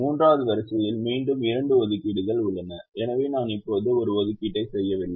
3 வது வரிசையில் மீண்டும் 2 ஒதுக்கீடுகள் உள்ளன எனவே நான் இப்போது ஒரு ஒதுக்கீட்டை செய்யவில்லை